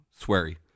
sweary